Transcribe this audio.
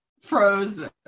frozen